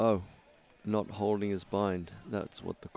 of not holding is blind that's what the